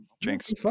jinx